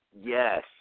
Yes